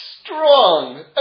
strong